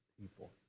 people